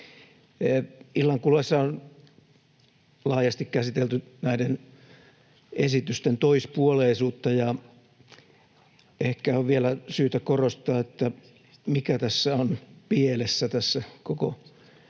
Illan kuluessa on laajasti käsitelty näiden esitysten toispuoleisuutta, ja ehkä on vielä syytä korostaa, mikä tässä koko Orpon